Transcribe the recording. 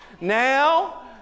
Now